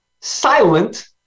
silent